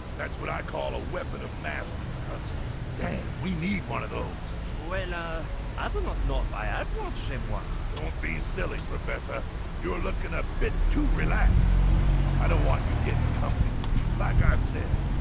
that's what i call a weapon of mass destruction damn we need one of those well ah i do not know if i i have watch him one. don't be silly professor you're looking a bit too relaxed i don't want you getting comfy like i said,